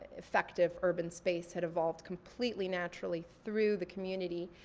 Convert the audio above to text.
effective urban space had evolved completely naturally through the community.